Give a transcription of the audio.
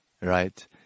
right